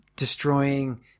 Destroying